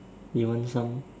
you want some